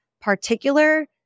particular